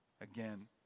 Again